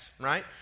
right